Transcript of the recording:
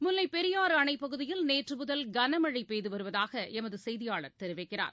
முல்லைப் பெரியாறுஅணைப் பகுதியில் நேற்றுமுதல் கனமழைபெய்துவருவதாகளமதுசெய்தியாளர் தெரிவிக்கிறார்